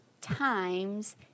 times